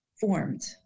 formed